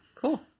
cool